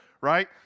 right